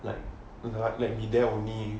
like let me there only